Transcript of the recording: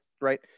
right